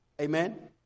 Amen